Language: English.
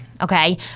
Okay